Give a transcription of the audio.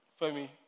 Femi